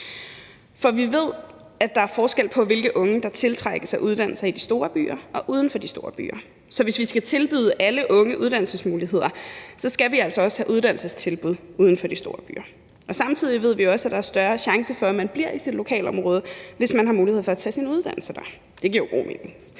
For vi ved, at der er forskel på, hvilke unge der tiltrækkes af uddannelser i de store byer, og hvilke der tiltrækkes af uddannelser uden for de store byer, så hvis vi skal tilbyde alle unge uddannelsesmuligheder, skal vi altså også have uddannelsestilbud uden for de store byer. Samtidig ved vi også, at der er større chance for, at man bliver i sit lokalområde, hvis man har mulighed for at tage sin uddannelse der, og det giver jo god mening.